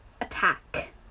attack